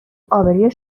آبروی